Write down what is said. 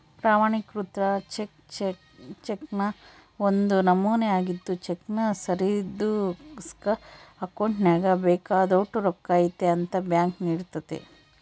ಪ್ರಮಾಣಿಕೃತ ಚೆಕ್ ಚೆಕ್ನ ಒಂದು ನಮೂನೆ ಆಗಿದ್ದು ಚೆಕ್ನ ಸರಿದೂಗ್ಸಕ ಅಕೌಂಟ್ನಾಗ ಬೇಕಾದೋಟು ರೊಕ್ಕ ಐತೆ ಅಂತ ಬ್ಯಾಂಕ್ ನೋಡ್ತತೆ